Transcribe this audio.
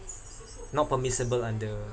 not permissible under